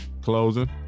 closing